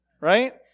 right